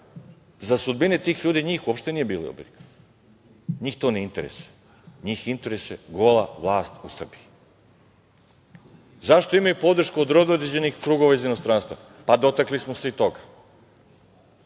za sudbine tih ljudi njih uopšte nije bilo briga. Njih to ne interesuje. Njih interesuje gola vlast u Srbiji.Zašto imaju podršku od određenih krugova iz inostranstva? Pa dotakli smo se i toga.